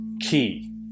key